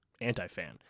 anti-fan